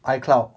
icloud